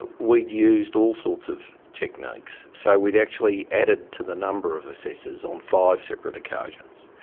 we'd used all sorts of techniques. so we'd actually added to the number of assessors on five separate occasions.